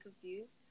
confused